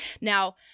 Now